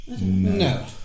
No